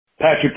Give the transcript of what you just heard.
Patrick